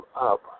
up